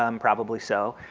um probably so.